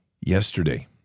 Yesterday